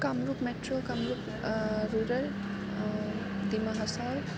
Kamrup metro Kamrup rural Dima Hasao